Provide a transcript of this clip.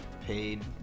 paid